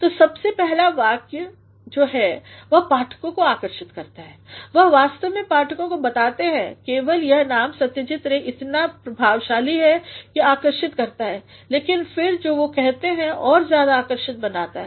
तो सबसे पहले वाक्य में वह पाठकों को आकर्षित करते हैं वह वास्तव में पाठको को बताते हैं केवल यह नाम सत्यजीत रे इतना प्रभाशाली है कि यह आकर्षित करता है लेकिन फिर जो वह कहते हैं और ज्यादा आकर्षक बन जाता है